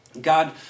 God